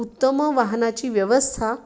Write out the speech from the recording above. उत्तम वाहनाची व्यवस्था